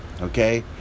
okay